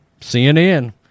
CNN